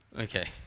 Okay